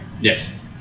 Yes